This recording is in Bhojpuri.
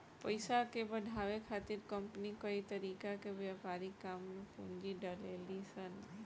पइसा के बढ़ावे खातिर कंपनी कई तरीका के व्यापारिक काम में पूंजी डलेली सन